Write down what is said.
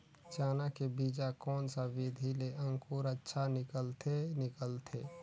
चाना के बीजा कोन सा विधि ले अंकुर अच्छा निकलथे निकलथे